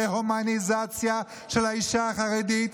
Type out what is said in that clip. דה-הומניזציה של האישה החרדית,